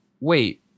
wait